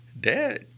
Dad